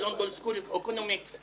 ב-London School of Economics.